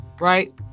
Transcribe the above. right